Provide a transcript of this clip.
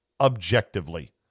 objectively